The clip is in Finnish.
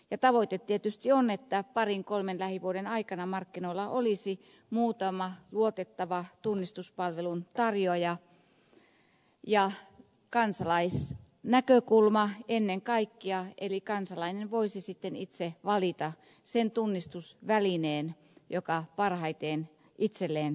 ja tavoite tietysti on että parin kolmen lähivuoden aikana markkinoilla olisi muutama luotettava tunnistuspalvelun tarjoaja ja kansalaisnäkökulma ennen kaikkea kansalainen voisi sitten itse valita sen tunnistusvälineen joka parhaiten hänelle sopii